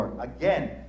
Again